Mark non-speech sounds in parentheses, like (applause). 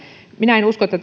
minä en usko että (unintelligible)